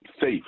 safe